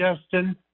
Justin